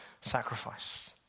sacrifice